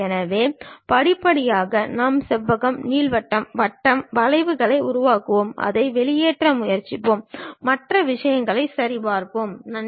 எனவே படிப்படியாக நாம் செவ்வகம் நீள்வட்டம் வட்டம் வளைவுகளை உருவாக்குவோம் அதை வெளியேற்ற முயற்சிப்போம் மற்ற விஷயங்களில் நாம் பார்ப்போம் சரி